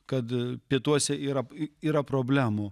kad pietuose yra yra problemų